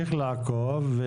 לעקוב.